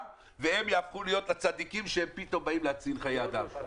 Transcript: והם יהפכו להיות הצדיקים שבאים להציל חיי אדם.